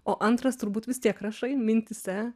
o antras turbūt vis tiek rašai mintyse